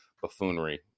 buffoonery